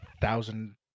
thousand